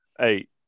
Eight